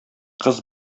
кыз